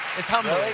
it's humbling.